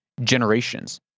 generations